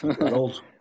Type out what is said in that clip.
old